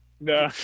No